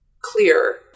clear